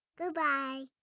Goodbye